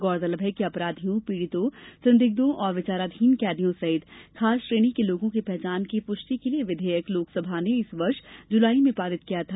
गौरतलब है कि अपराधियों पीडितों संदिग्धों और विचाराधीन कैदियों सहित खास श्रेणी के लोगों की पहचान की पुष्टि के लिए यह विधेयक लोकसभा ने इस वर्ष जुलाई में पारित किया था